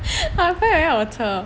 好的朋友要有车